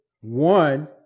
one